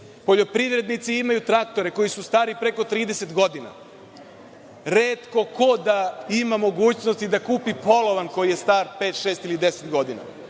poljoprivrednici imaju traktore koji su stari preko 30 godina. Retko ko da ima mogućnosti da kupi polovan koji je star pet, šest ili deset godina.